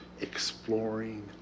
exploring